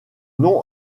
nom